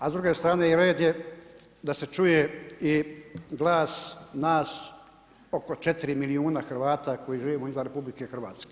A s druge strane i red je da se čuje i glas nas oko 4 milijuna Hrvata koji živimo izvan RH.